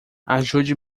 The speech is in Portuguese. ajude